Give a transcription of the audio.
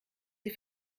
sie